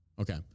Okay